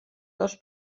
dos